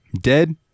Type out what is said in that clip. Dead